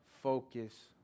focus